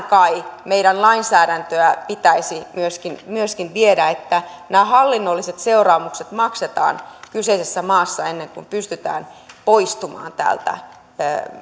kai meidän lainsäädäntöä pitäisi myöskin myöskin viedä että nämä hallinnolliset seuraamukset maksetaan kyseisessä maassa ennen kuin pystytään poistumaan täältä